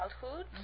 childhood